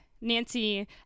Nancy